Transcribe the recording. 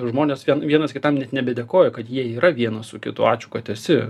žmonės vie vienas kitam net nebedėkoja kad jie yra vienas su kitu ačiū kad esi